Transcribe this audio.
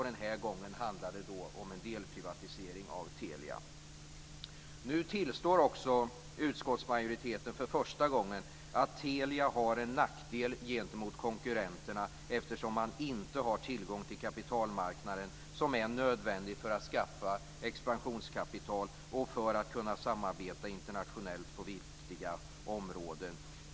Den här gången handlar det om delprivatisering av Telia. Nu tillstår också utskottsmajoriteten för första gången att Telia har en nackdel gentemot konkurrenterna eftersom det inte har tillgång till kapitalmarknaden. Det är nödvändigt för att skaffa expansionskapital och för att kunna samarbeta internationellt på viktiga områden.